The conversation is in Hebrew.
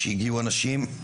כשהגיעו אנשים,